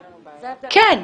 כן.